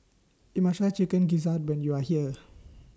YOU must Try Chicken Gizzard when YOU Are here